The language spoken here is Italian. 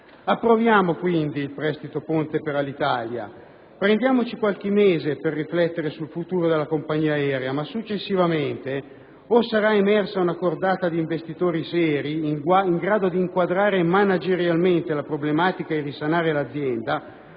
Approviamo, dunque, il prestito ponte per Alitalia; prendiamoci qualche mese per riflettere sul futuro della compagnia aerea, ma successivamente o sarà emersa una cordata di investitori seri in grado di inquadrare managerialmente la problematica e risanare l'azienda,